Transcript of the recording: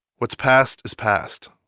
what's past is past,